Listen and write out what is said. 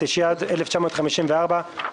התשי"ד-1954,